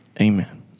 Amen